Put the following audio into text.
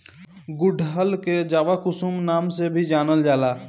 गुड़हल के जवाकुसुम नाम से भी जानल जाला